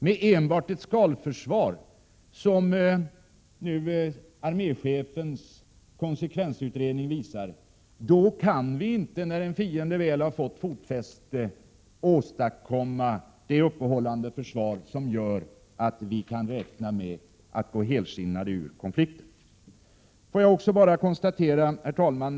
Med främst ett skalförsvar, som arméchefens konsekvensutredning innebär, kan vi inte, när en fiende väl har fått fotfäste, åstadkomma det uppehållande försvar som gör att vi kan räkna med att gå helskinnade ur konflikten. Herr talman!